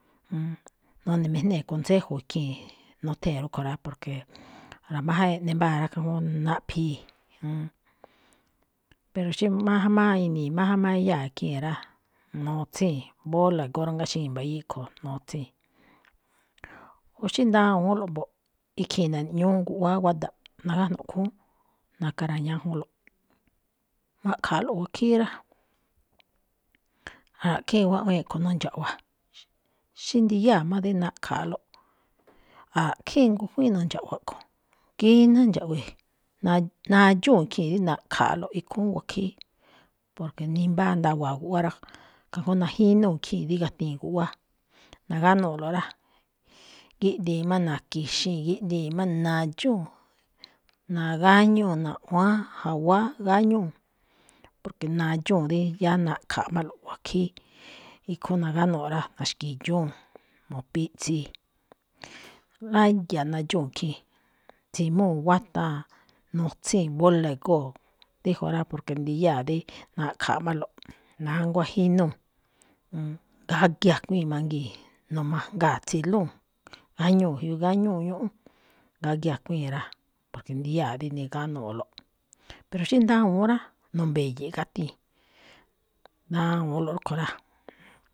None̱mejnée consejo ikhii̱n, nuthee̱n rúꞌkho̱ rá, porque ra̱máján eꞌne mbáa rá, kajngó naꞌphíi̱. pero xí máján má inii̱, májáan má eyáa̱ ikhii̱n rá, nutsíi̱n, bola góórangáxii̱n mbayíí ꞌkho̱, nutsíi̱n. O xí ndawúu̱nlo̱ꞌ mbo̱ꞌ, ikhii̱n na̱ni̱ꞌñúú guꞌwáá guáda̱ꞌ, nágájnuꞌ khúún, nakara̱ñajunlo̱ꞌ. Naꞌkha̱alo̱ꞌ wakhíí rá, ra̱ꞌkhíin wáꞌwíin ꞌkho̱, nu̱ndxa̱ꞌwa. Xí ndiyáa̱ má dí naꞌkha̱aꞌlo̱, a̱ꞌkhíin ngujwíin nu̱ndxa̱ꞌwa̱ ꞌkho̱, ngíná ndxa̱ꞌwe̱e̱, na- nadxúu̱n khii̱n dí naꞌkha̱aꞌlo̱ꞌ ikhúún wakhíí, porque nimbáa ndawa̱a̱ guꞌwáá rá, kajngó najínúu̱ khii̱n dí gatii̱n guꞌwáá, nagánúu̱ꞌloꞌ rá, gíꞌdíi̱n má na̱ki̱xii̱n, gíꞌdíi̱n má nadxúu̱n, nagáñúu̱ naꞌwáán, jawáá gáñúu̱, porque nadxúu̱n rí yáá naꞌkha̱aꞌmálo̱ꞌ wakhíí. Ikhúún nagánúu̱ rá, na̱xki̱dxúu̱n, mu̱piꞌtsii̱, láya̱ nadxúu̱n khii̱n, tsimúu̱ guátaa̱n, nutsíi̱n, bola egóo̱. Déjun rá, porque ndiyáa̱ dí naꞌkha̱aꞌmálo̱ꞌ, nánguá jínúu̱. Gagi a̱kuíi̱n mangii̱n, nu̱majngaa̱ tsilúu̱n, gáñúu̱ jyoꞌ, gáñúu̱ ñúꞌún, gagi a̱kuíi̱n rá, porque ndiyáa̱ dí nigánúuꞌlo̱ꞌ. Pero xí ndawúu̱n rá, no̱mbi̱ye̱e̱ꞌ gatii̱n, ndawu̱únloꞌ rúꞌkho̱ rá.